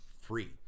free